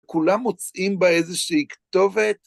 כולם מוצאים בה איזושהי כתובת.